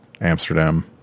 Amsterdam